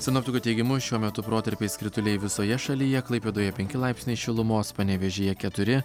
sinoptikų teigimu šiuo metu protarpiais krituliai visoje šalyje klaipėdoje penki laipsniai šilumos panevėžyje keturi